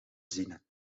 zinnen